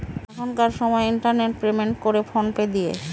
এখনকার সময় internet payment করে ফোন পে দিয়ে